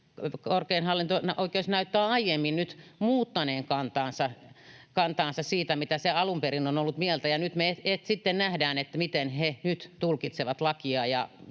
korkein hallinto-oikeus näyttää aiemmin muuttaneen kantaansa siitä, mitä se alun perin on ollut mieltä, ja me sitten nähdään, miten he nyt tulkitsevat lakia.